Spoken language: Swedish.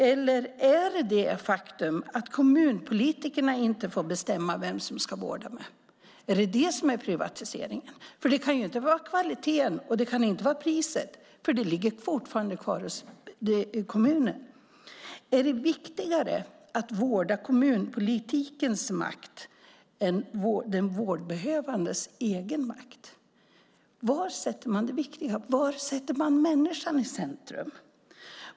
Eller är det det faktum att kommunpolitikerna inte får bestämma vem som ska vårda var och en? Är det detta som är privatisering? Det kan ju inte vara kvaliteten och det kan inte vara priset, för beslutanderätten om detta ligger fortfarande kvar hos kommunen. Är det viktigare att vårda kommunpolitikens makt än den vårdbehövandes egen makt? Var sätter man det viktiga? Var sätter man människan i centrum?